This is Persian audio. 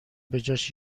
بجاش